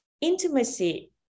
intimacy